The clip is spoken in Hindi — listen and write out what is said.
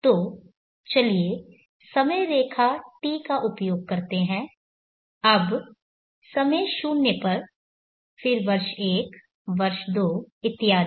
तो चलिए समयरेखा t का उपयोग करते हैं अब समय 0 पर फिर वर्ष एक वर्ष दो इत्यादि